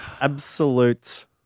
absolute